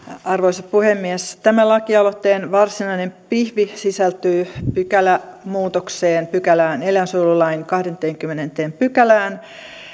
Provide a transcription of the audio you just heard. arvoisa puhemies tämän lakialoitteen varsinainen pihvi sisältyy pykälämuutokseen eläinsuojelulain kahdenteenkymmenenteen pykälään